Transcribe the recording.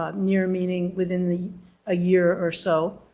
um near meaning within the a year or so.